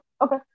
Okay